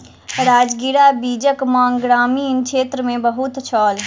राजगिरा बीजक मांग ग्रामीण क्षेत्र मे बहुत छल